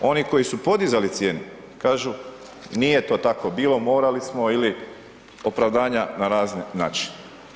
Oni koji su podizali cijenu kažu nije to tako bilo, morali smo ili opravdanja na razne načine.